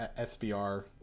sbr